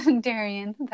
Darian